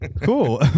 Cool